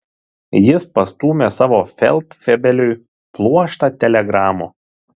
jis pastūmė savo feldfebeliui pluoštą telegramų